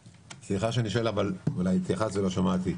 סליחה שאני שואל, אולי התייחסת ולא שמעתי,